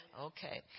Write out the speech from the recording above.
Okay